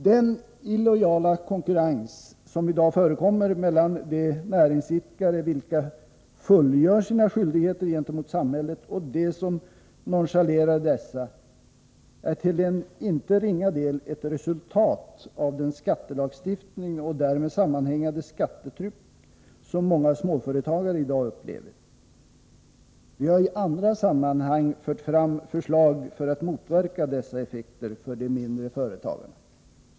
Den illojala konkurrens som i dag förekommer mellan de näringsidkare vilka fullgör sina skyldigheter gentemot samhället och de som nonchalerar dessa är till en inte ringa del ett resultat av den skattelagstiftning och därmed sammanhängande skattetryck som många småföretagare i dag upplever. Vi har i andra sammanhang fört fram förslag för att motverka dessa effekter för de mindre företagarna.